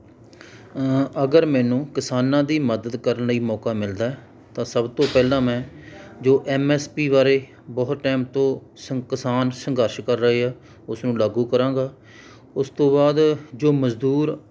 ਅਗਰ ਮੈਨੂੰ ਕਿਸਾਨਾਂ ਦੀ ਮਦਦ ਕਰਨ ਲਈ ਮੌਕਾ ਮਿਲਦਾ ਤਾਂ ਸਭ ਤੋਂ ਪਹਿਲਾਂ ਮੈਂ ਜੋ ਐੱਮ ਐੱਸ ਪੀ ਬਾਰੇ ਬਹੁਤ ਟਾਈਮ ਤੋਂ ਸੰਘ ਕਿਸਾਨ ਸੰਘਰਸ਼ ਕਰ ਰਹੇ ਆ ਉਸਨੂੰ ਲਾਗੂ ਕਰਾਂਗਾ ਉਸ ਤੋਂ ਬਾਅਦ ਜੋ ਮਜ਼ਦੂਰ